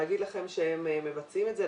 להגיד לכם שהם מבצעים את זה,